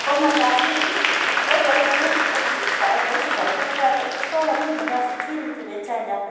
पोइ मां चालीह ई अलॻि अलॻि कुर्तियुनि सां मैच करे रखिया त स्टॉल बि मुंहिंजा सुठी रीति वेचाइजा